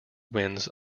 winds